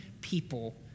people